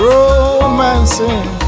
Romancing